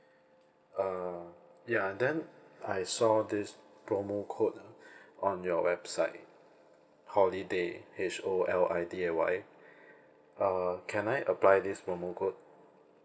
err ya then I saw this promo code on your website holiday H O L I D A Y uh can I apply this promo code